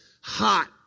hot